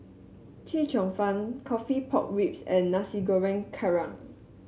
Chee Cheong Fun coffee Pork Ribs and Nasi Goreng Kerang